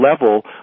level